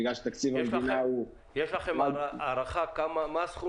בגלל שתקציב המדינה הוא --- יש לכם הערכה מה הסכום